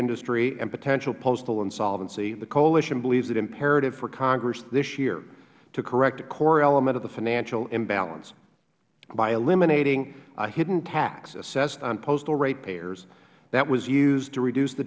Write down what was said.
industry and potential postal insolvency the coalition believes it imperative for congress this year to correct a core element of the financial imbalance by eliminating a hidden tax assessed on postal ratepayers that was used to reduce the